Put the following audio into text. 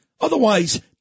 Otherwise